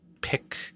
pick